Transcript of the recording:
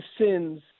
sins